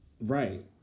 Right